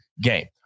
game